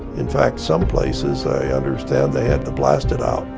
in fact, some places, i understand they had to blast it out,